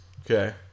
Okay